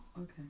Okay